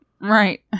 right